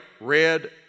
red